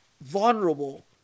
vulnerable